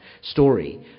story